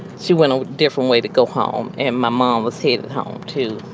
she went a different way to go home and my mom was headed home, too,